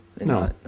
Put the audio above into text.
No